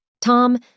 Tom